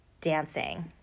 dancing